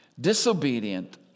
disobedient